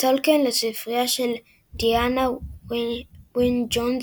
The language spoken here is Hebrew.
טולקין, לספריה של דיאנה וין ג'ונס,